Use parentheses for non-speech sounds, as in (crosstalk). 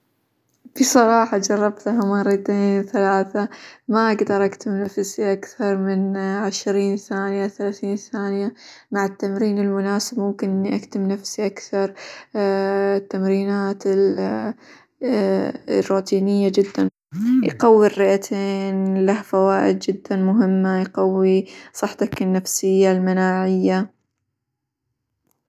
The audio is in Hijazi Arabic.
بصراحة (laughs) جربتها مرتين ثلاثة ما أقدر أكتم نفسي أكثر من عشرين ثانية، ثلاثين ثانية، مع التمرين المناسب ممكن إني أكتم نفسي أكثر، (hesitation) التمرينات (hesitation) الروتينية جدًا (noise) يقوي الرئتين له فوائد جدًا مهمة إنه يقوي صحتك النفسية، المناعية.